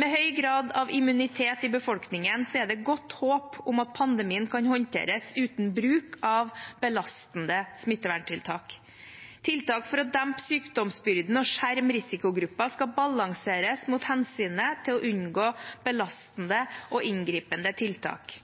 Med høy grad av immunitet i befolkningen er det godt håp om at pandemien kan håndteres uten bruk av belastende smitteverntiltak. Tiltak for å dempe sykdomsbyrden og skjerme risikogrupper skal balanseres mot hensynet til å unngå belastende og inngripende tiltak.